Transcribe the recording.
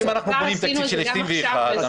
וכבר עשינו את זה גם עכשיו ב-2021.